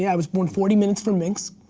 yeah i was born forty minutes from minsk.